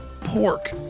pork